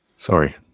sorry